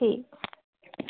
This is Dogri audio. ठीक